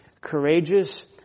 courageous